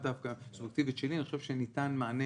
דווקא סובייקטיבית שלי אני חושב שניתן מענה